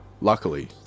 Luckily